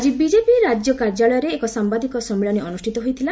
ଆକି ବିଜେପି ରାଜ୍ୟ କାର୍ଯ୍ୟାଳୟରେ ଏକ ସାମ୍ଘାଦିକ ସମ୍ମିଳନୀ ଅନୁଷ୍ତିତ ହୋଇଥିଲା